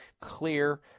Clear